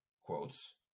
quotes